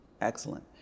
Excellent